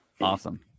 awesome